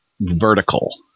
vertical